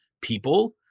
people